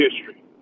history